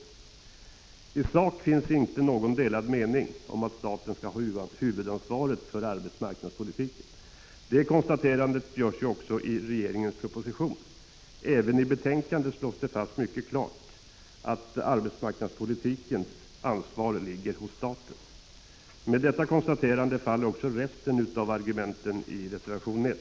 I sak finns det inte någon delad mening om att staten skall ha huvudansvaret för arbetsmarknadspolitiken. Det konstaterandet görs ju också i regeringens proposition. Även i betänkandet slås det fast mycket klart att huvudansvaret inom arbetsmarknadspolitiken ligger hos staten. Med detta konstaterande faller också resten av argumenten i reservation 1.